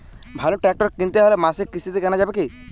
ভালো ট্রাক্টর কিনতে হলে মাসিক কিস্তিতে কেনা যাবে কি?